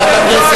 רבותי.